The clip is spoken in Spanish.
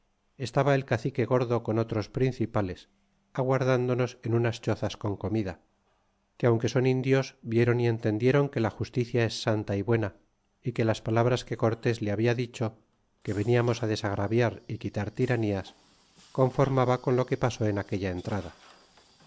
estaba el cacique gordo con otros principales aguardándonos en unas chozas con comida que aunque son indios vieron y entendiéron que la justicia es santa y buena y que las palabras que cortés le habia dicho que veniamos á desagraviar y quitar tiranías conformaba con lo que pasó en aquella entrada